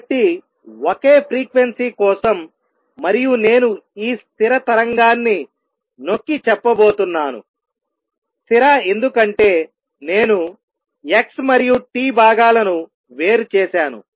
కాబట్టి ఒకే ఫ్రీక్వెన్సీ కోసం మరియు నేను ఈ స్థిర తరంగాన్ని నొక్కి చెప్పబోతున్నానుస్థిర ఎందుకంటే నేను x మరియు t భాగాలను వేరు చేసాను